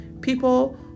people